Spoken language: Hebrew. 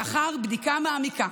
לאחר בדיקה מעמיקה